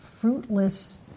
fruitless